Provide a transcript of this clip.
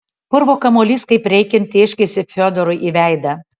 purvo kamuolys kaip reikiant tėškėsi fiodorui į veidą